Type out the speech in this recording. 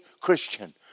Christian